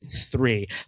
three